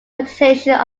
vegetation